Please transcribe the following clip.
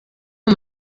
uwo